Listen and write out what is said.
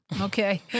okay